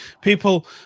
People